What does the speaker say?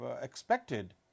expected